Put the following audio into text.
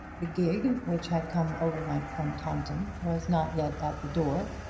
the gig, which had come overnight from taunton, was not yet at the door,